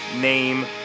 name